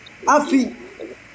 Afi